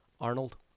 Arnold